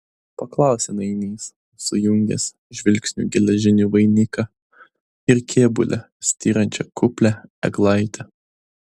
paklausė nainys sujungęs žvilgsniu geležinį vainiką ir kėbule styrančią kuplią eglaitę